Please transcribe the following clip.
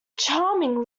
charming